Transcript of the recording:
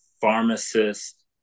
pharmacists